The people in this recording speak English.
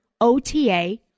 OTA